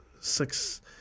six